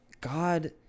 god